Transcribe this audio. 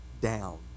down